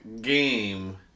game